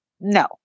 No